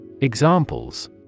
Examples